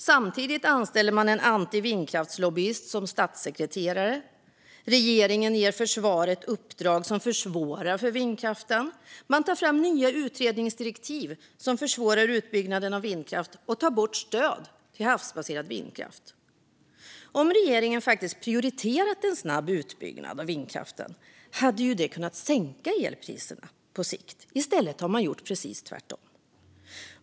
Samtidigt anställer man en antivindkraftslobbyist som statssekreterare, och regeringen ger försvaret uppdrag som försvårar för vindkraften. Man tar fram nya utredningsdirektiv som försvårar utbyggnaden av vindkraft och tar bort stöd till havsbaserad vindkraft. Om regeringen faktiskt hade prioriterat en snabb utbyggnad av vindkraften hade det kunnat sänka elpriserna på sikt. I stället har man gjort precis tvärtom.